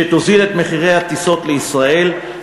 שתוזיל את מחירי הטיסות לישראל,